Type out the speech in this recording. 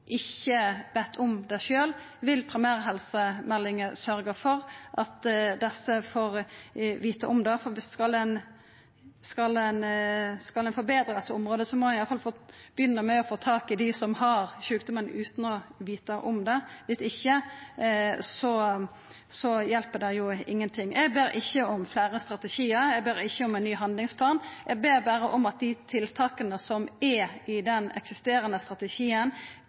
ikkje veit om det sjølve? Vil primærhelsemeldinga sørgja for at desse får veta om det? For skal ein forbetra dette området, må ein i alle fall begynna med å få tak i dei som har sjukdomen utan å veta om det. Om ikkje, hjelp det ingen ting. Eg ber ikkje om fleire strategiar, eg ber ikkje om ein ny handlingsplan. Eg ber berre om at dei tiltaka som finst i den eksisterande strategien,